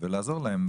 ולעזור להם.